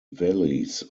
valleys